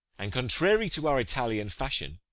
and, contrary to our italian fashion,